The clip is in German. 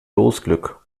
losglück